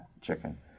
Chicken